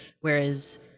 whereas